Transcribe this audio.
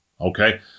Okay